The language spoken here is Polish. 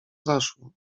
zaszło